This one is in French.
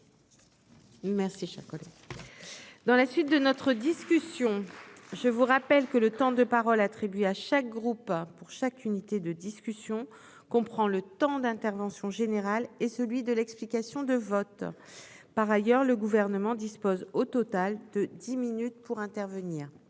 Merci, cher collègue.